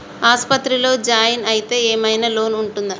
ఆస్పత్రి లో జాయిన్ అయితే ఏం ఐనా లోన్ ఉంటదా?